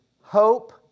hope